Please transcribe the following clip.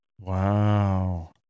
Wow